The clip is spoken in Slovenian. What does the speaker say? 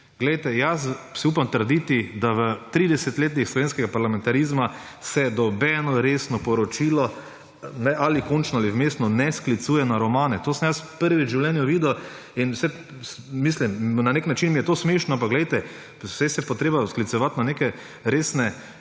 Glejte, upam si trditi, da v tridesetih letih slovenskega parlamentarizma se nobeno resno poročilo, ali končno ali vmesno, ne sklicuje na romane. To sem prvič v življenju videl in, mislim, na nek način mi je to smešno, ampak glejte, pa saj se je pa treba sklicevati na neka resna